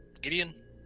Gideon